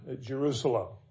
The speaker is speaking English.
Jerusalem